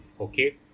Okay